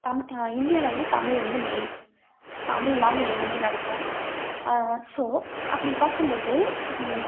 தம் இந்தியால வந்து தமிழ் வந்து மெயின் தமிழ் இல்லாமல் எதுவுமே நடக்காது ஸோ அப்படி பார்க்கம் போது